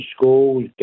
schools